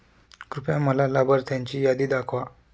कृपया मला लाभार्थ्यांची यादी दाखवा